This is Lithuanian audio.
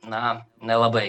na nelabai